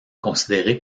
considéré